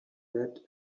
that